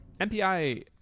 MPI